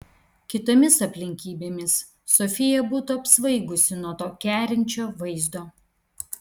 kitomis aplinkybėmis sofija būtų apsvaigusi nuo to kerinčio vaizdo